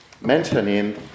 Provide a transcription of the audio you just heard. mentioning